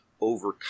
overcome